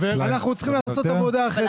אנחנו צריכים לעשות עבודה אחרת,